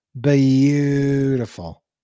beautiful